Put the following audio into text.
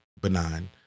benign